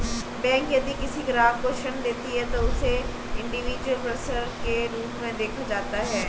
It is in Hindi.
बैंक यदि किसी ग्राहक को ऋण देती है तो उसे इंडिविजुअल पर्सन के रूप में देखा जाता है